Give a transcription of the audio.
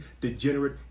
degenerate